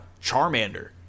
Charmander